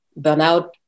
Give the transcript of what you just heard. burnout